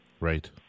Right